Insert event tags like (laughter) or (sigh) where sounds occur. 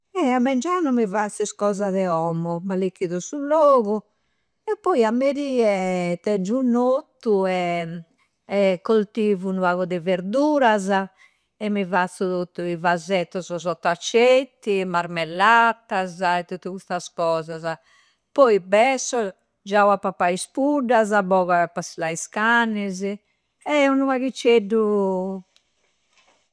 Eh! A menggianu mi fazzu is cosa de ommu. M'allicchidu su logu e poi a merie tengiu un ottu e (hesitation) e coltivu unu pagu de verdurasa e mi fazzu tottu i vasettoso: sottoaceti, marmellattasa e tottu custas cosasa. Poi besso, giau a pappai a is puddasa, bogu a passillai is cannisi. E unu paghiceddu.